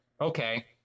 okay